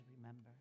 remember